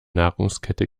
nahrungskette